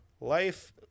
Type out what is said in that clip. life